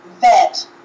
vet